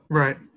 right